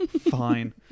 fine